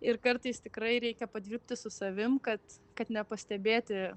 ir kartais tikrai reikia padirbti su savim kad kad nepastebėti